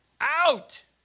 Out